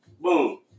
Boom